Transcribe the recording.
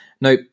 Now